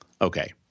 Okay